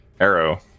arrow